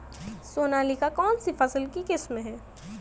सोनालिका कौनसी फसल की किस्म है?